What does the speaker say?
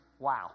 Wow